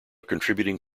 contributing